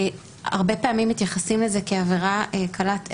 הרבה פעמים מתייחסים לזה כעבירה קלת ערך,